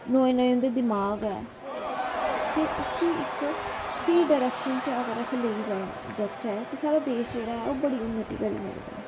नयें नयें इंदे दमाग ऐ ते उसी इक्क स्हेई डिरेक्शन च अगर लेई जाये ते साढ़ा देश जेह्ड़ा ओह् बड़ी उन्नति करी सकदा